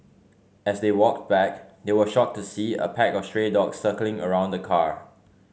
as they walked back they were shocked to see a pack of stray dogs circling around the car